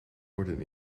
worden